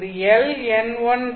இது Ln1csin ϕc